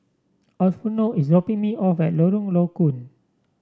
Arnulfo is dropping me off at Lorong Low Koon